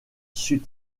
sut